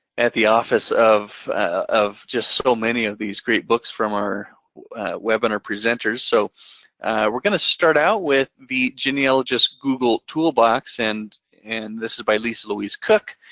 at the office of of just so many of these great books from our webinar presenters. so we're gonna start out with the genealogist's google toolbox and and this is by lisa louise cooke.